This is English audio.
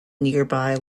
nearby